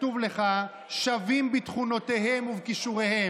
כתוב לך: שווים בתכונותיהם ובכישוריהם.